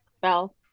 bell